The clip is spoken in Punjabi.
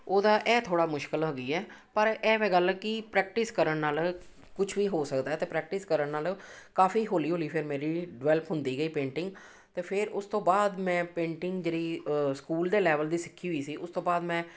ਉਹਦਾ ਇਹ ਥੋੜ੍ਹਾ ਮੁਸ਼ਕਿਲ ਹੈਗੀ ਹੈ ਪਰ ਇਹ ਵਾ ਗੱਲ ਕਿ ਪ੍ਰੈਕਟਿਸ ਕਰਨ ਨਾਲ ਕੁਛ ਵੀ ਹੋ ਸਕਦਾ ਅਤੇ ਪ੍ਰੈਕਟਿਸ ਕਰਨ ਨਾਲ ਕਾਫੀ ਹੌਲੀ ਹੌਲੀ ਫਿਰ ਮੇਰੀ ਡਿਵੈਲਪ ਹੁੰਦੀ ਗਈ ਪੇਂਟਿੰਗ ਅਤੇ ਫਿਰ ਉਸ ਤੋਂ ਬਾਅਦ ਮੈਂ ਪੇਂਟਿੰਗ ਜਿਹੜੀ ਸਕੂਲ ਦੇ ਲੈਵਲ ਦੀ ਸਿੱਖੀ ਹੋਈ ਸੀ ਉਸ ਤੋਂ ਬਾਅਦ ਮੈਂ